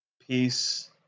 peace